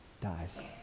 dies